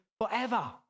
forever